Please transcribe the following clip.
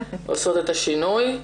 עושות את השינוי.